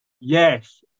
Yes